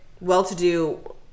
well-to-do